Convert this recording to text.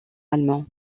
allemands